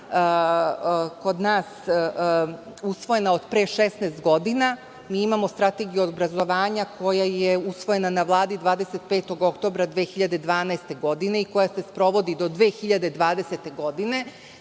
kod nas usvojena od pre 16 godina. Mi imamo Strategiju obrazovanja koja je usvojena na Vladi 25. oktobra 2012. godine i koja se sprovodi do 2020. godine.